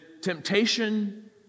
temptation